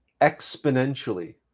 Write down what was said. exponentially